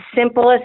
simplest